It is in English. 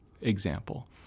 example